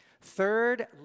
Third